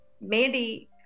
Mandy